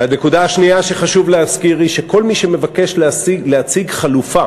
והנקודה השנייה שחשוב להזכיר היא שכל מי שמבקש להציג חלופה